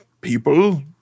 people